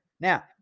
Now